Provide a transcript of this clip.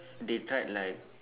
they tried like